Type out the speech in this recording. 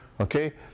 okay